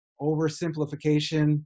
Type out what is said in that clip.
oversimplification